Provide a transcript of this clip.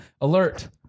alert